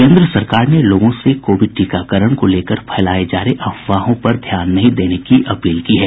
केन्द्र सरकार ने लोगों से कोविड टीकाकरण को लेकर फैलाये जा रहे अफवाहों पर ध्यान नहीं देने की अपील की है